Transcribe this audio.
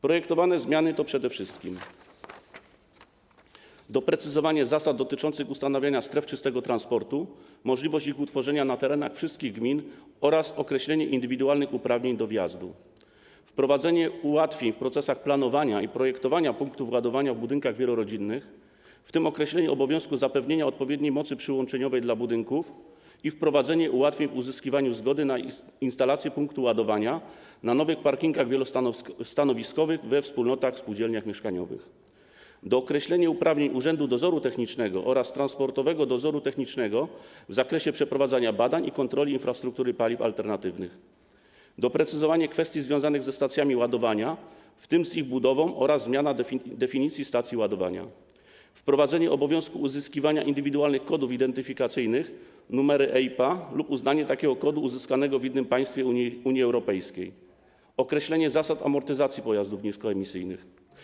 Projektowane zmiany to przede wszystkim: doprecyzowanie zasad dotyczących ustanawiania stref czystego transportu, możliwość ich utworzenia na terenach wszystkich gmin, określenie indywidualnych uprawnień do wjazdu, wprowadzenie ułatwień w procesach planowania i projektowania punktów ładowania w budynkach wielorodzinnych, w tym określenie obowiązku zapewnienia odpowiedniej mocy przyłączeniowej dla budynków, wprowadzenie ułatwień w uzyskiwaniu zgody na instalację punktu ładowania na nowych parkingach wielostanowiskowych we wspólnotach i spółdzielniach mieszkaniowych, dookreślenie uprawnień Urzędu Dozoru Technicznego oraz Transportowego Dozoru Technicznego w zakresie przeprowadzania badań i kontroli infrastruktury paliw alternatywnych, doprecyzowanie kwestii związanych ze stacjami ładowania, w tym z ich budową, zmiana definicji stacji ładowania, wprowadzenie obowiązku uzyskiwania indywidualnych kodów identyfikacyjnych, chodzi o numery EIPA, uznanie kodu uzyskanego w innym państwie Unii Europejskiej oraz określenie zasad amortyzacji pojazdów niskoemisyjnych.